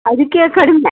ಅದಕ್ಕೆ ಕಡಿಮೆ